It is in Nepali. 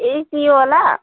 एसीवाला